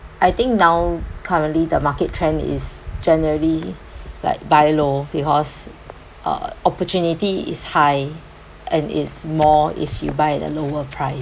I think now currently the market trend is generally like buy low because uh opportunity is high and it's more if you buy at a lower price